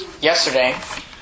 yesterday